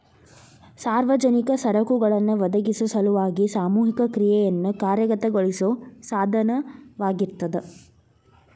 ಸಾರ್ವಜನಿಕ ಸರಕುಗಳನ್ನ ಒದಗಿಸೊ ಸಲುವಾಗಿ ಸಾಮೂಹಿಕ ಕ್ರಿಯೆಯನ್ನ ಕಾರ್ಯಗತಗೊಳಿಸೋ ಸಾಧನವಾಗಿರ್ತದ